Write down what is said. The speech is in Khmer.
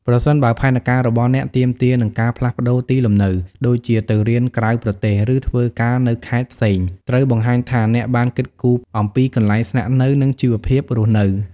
ប្រសិនបើផែនការរបស់អ្នកទាក់ទងនឹងការផ្លាស់ប្តូរទីលំនៅ ដូចជាទៅរៀនក្រៅប្រទេស ឬធ្វើការនៅខេត្តផ្សេង ត្រូវបង្ហាញថាអ្នកបានគិតគូរអំពីកន្លែងស្នាក់នៅ និងជីវភាពរស់នៅ។